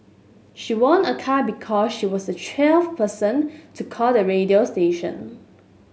she won a car because she was the twelfth person to call the radio station